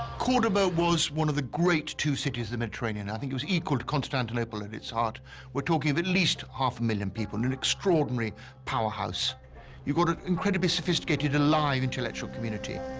cordoba was one of the great two cities the mediterranean i think it was equal to constantinople at its heart we're talking of at least half a million people, in extraordinary powerhouse you've got an incredibly sophisticated alive intellectual community